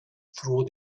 through